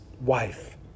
wife